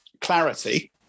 clarity